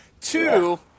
Two